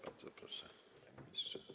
Bardzo proszę, panie ministrze.